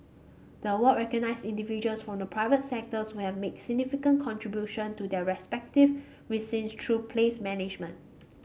the award recognise individuals from the private sector who have made significant contribution to their respective precinct through place management